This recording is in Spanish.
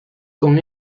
con